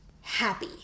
happy